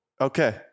Okay